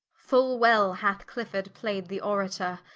full well hath clifford plaid the orator,